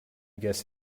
guess